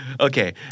Okay